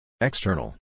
External